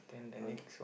okay